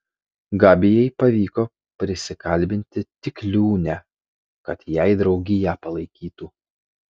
gabijai pavyko prisikalbinti tik liūnę kad jai draugiją palaikytų